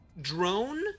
drone